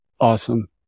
Awesome